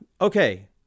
Okay